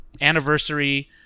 anniversary